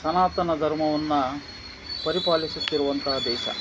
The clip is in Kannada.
ಸನಾತನ ಧರ್ಮವನ್ನು ಪರಿಪಾಲಿಸುತ್ತಿರುವಂಥ ದೇಶ